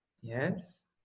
Yes